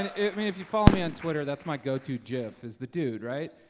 and, i mean, if you follow me on twitter, that's my go-to gif is the dude, right?